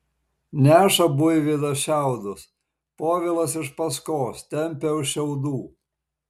neša buivydas šiaudus povilas iš paskos tempia už šiaudų